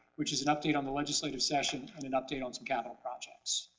which is an update on the legislative session and an update on some capital projects.